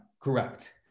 Correct